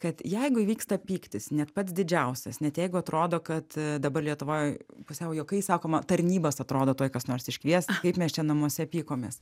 kad jeigu įvyksta pyktis net pats didžiausias net jeigu atrodo kad dabar lietuvoj pusiau juokais sakoma tarnybas atrodo tuoj kas nors iškvies kaip mes čia namuose pykomės